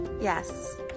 Yes